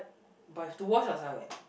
but you have to wash yourself eh